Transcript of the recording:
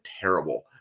terrible